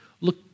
Look